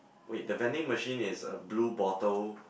wait the vending machine is a blue bottle